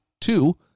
two